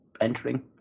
entering